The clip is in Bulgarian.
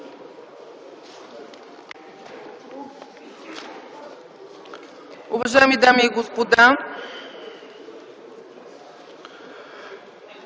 уважаеми дами и господа!